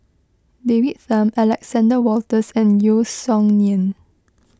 David Tham Alexander Wolters and Yeo Song Nian